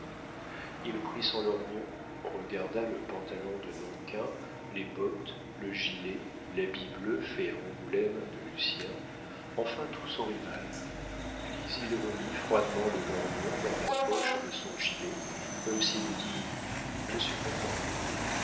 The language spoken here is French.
il prit son lorgnon regarda le pantalon de nankin les bottes le gilet l'habit bleu fait à angoulême de lucien enfin tout son rival puis il remit froidement le lorgnon dans la poche de son gilet comme s'il eût dit je suis content